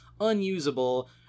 unusable